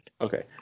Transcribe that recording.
Okay